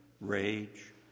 rage